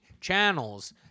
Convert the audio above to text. channels